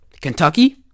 Kentucky